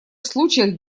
случаях